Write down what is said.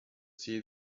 see